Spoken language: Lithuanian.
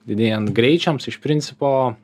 didėjant greičiams iš principo